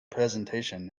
presentation